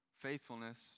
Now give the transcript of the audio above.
faithfulness